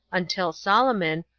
until solomon,